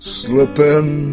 slipping